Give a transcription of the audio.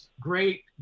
Great